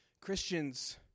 Christians